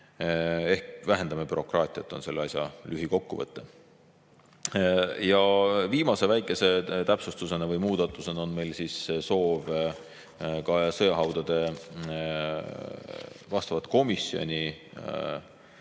Ehk vähendame bürokraatiat. See on selle asja lühikokkuvõte. Ja viimase väikese täpsustusena või muudatusena on meil soov muuta sõjahaudade vastav komisjon